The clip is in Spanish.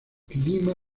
clima